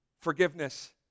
forgiveness